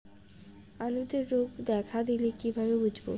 আলুতে রোগ দেখা দিলে কিভাবে বুঝবো?